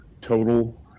total